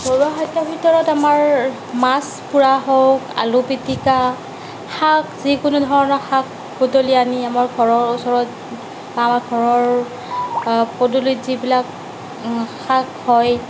ঘৰুৱা খাদ্যৰ ভিতৰত আমাৰ মাছ পোৰা হওক আলু পিটিকা শাক যিকোনো ধৰণৰ শাক বোটলি আনি আমাৰ ঘৰৰ ওচৰত বা আমাৰ ঘৰৰ পদূলিত যিবিলাক শাক হয়